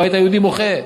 הבית היהודי מוחה,